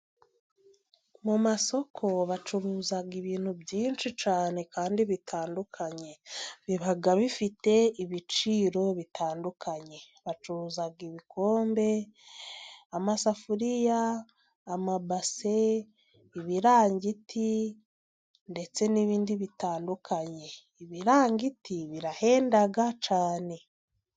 Mu masoko bacuruza ibintu byinshi cyane kandi bitandukanye, biba bifite ibiciro bitandukanye bacuruza:ibikombe, amasafuriya, amabase, ibirangiti ndetse n'ibindi bitandukanye, ibirangiti birahenda cyane.